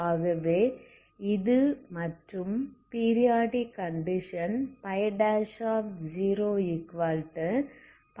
ஆகவே இது மற்றும்பீரியாடிக் பௌண்டரி கண்டிஷன் ϴ0ϴ2π ம் இருக்கிறது